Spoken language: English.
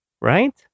right